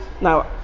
Now